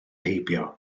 heibio